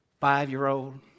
five-year-old